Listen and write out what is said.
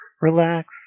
relax